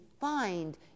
find